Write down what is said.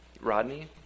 Rodney